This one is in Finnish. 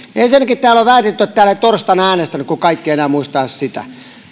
ensinnäkin täällä on väitetty että täällä ei torstaina äänestetty kun kaikki eivät enää muista edes sitä